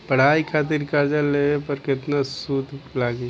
पढ़ाई खातिर कर्जा लेवे पर केतना सूद लागी?